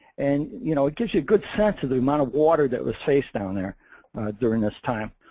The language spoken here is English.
and you know it gives you a good sense of the amount of water that was faced down there during this time.